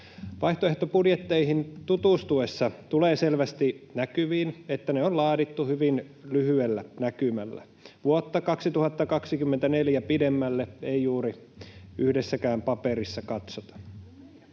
Vaihtoehtobudjetteihin tutustuessa tulee selvästi näkyviin, että ne on laadittu hyvin lyhyellä näkymällä. Vuotta 2024 pidemmälle ei juuri yhdessäkään paperissa katsota.